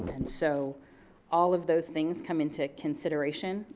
and so all of those things come into consideration,